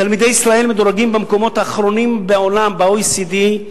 תלמידי ישראל מדורגים האחרונים, בעולם, ב-OECD,